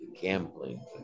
Gambling